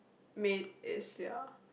made is ya